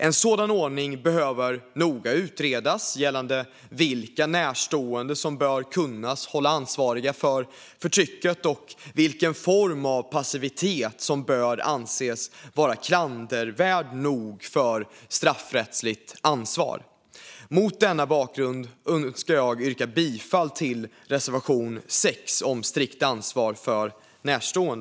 En sådan ordning behöver noga utredas gällande vilka närstående som bör kunna hållas ansvariga för förtrycket och vilken form av passivitet som bör anses vara klandervärd nog för straffrättsligt ansvar. Mot denna bakgrund önskar jag yrka bifall till reservation 6 om strikt ansvar för närstående.